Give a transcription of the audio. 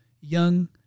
young